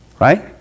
Right